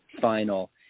final